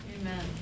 Amen